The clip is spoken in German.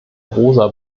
rosa